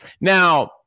Now